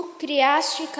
criaste